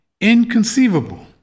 inconceivable